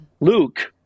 Luke